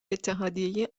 اتحادیه